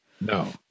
No